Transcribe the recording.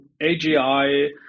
AGI